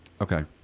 Okay